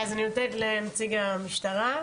נציג המשטרה.